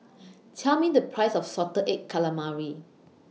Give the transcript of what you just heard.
Tell Me The Price of Salted Egg Calamari